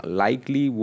likely